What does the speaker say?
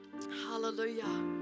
Hallelujah